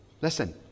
Listen